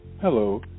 Hello